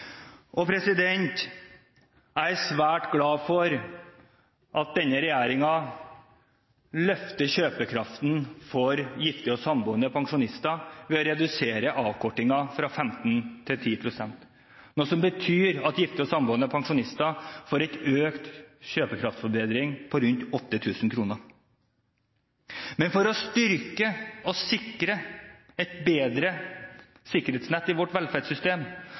Jeg er svært glad for at denne regjeringen løfter kjøpekraften for gifte og samboende pensjonister ved å redusere avkortingen fra 15 til 10 pst., noe som betyr at gifte og samboende pensjonister får en forbedring i kjøpekraften på rundt 8 000 kr. For å styrke og sikre et bedre sikkerhetsnett i vårt velferdssystem